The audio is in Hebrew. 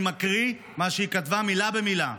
אני מקריא מה שהיא כתבה מילה במילה: